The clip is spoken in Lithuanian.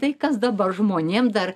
tai kas dabar žmonėm dar